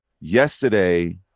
Yesterday